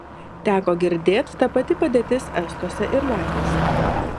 teko girdėt ta pati padėtis estuose ir latviuose